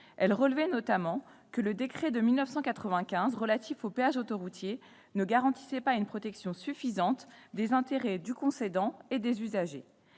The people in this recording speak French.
Elle relevait notamment que le décret de 1995 relatif aux péages autoroutiers ne garantissait pas une protection suffisante des intérêts du concédant et des usagers.